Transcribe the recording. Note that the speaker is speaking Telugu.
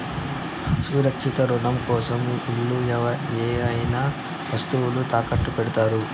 సురక్షిత రుణం కోసం ఇల్లు ఏవైనా వస్తువులు తాకట్టు పెడతారు